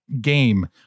Game